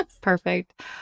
Perfect